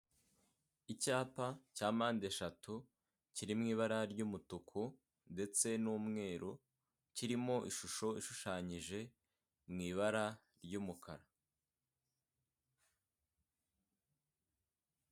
Icyapa cya mpande eshatu kiri mw’ibara ry'umutuku ndetse n'umweru, kirimo ishusho ishushanyije mu ibara ry'umukara.